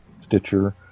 Stitcher